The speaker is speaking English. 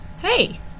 Hey